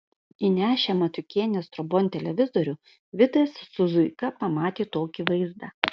įnešę matiukienės trobon televizorių vidas su zuika pamatė tokį vaizdą